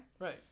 Right